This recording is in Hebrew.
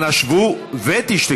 אנא שבו ותשתקו.